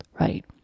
right